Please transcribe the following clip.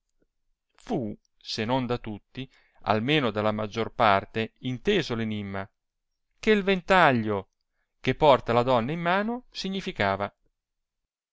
fu se non da tutti almeno dalla maggior j arte inteso r enimma che il ventaglio che porta la donna in mano significava